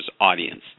audience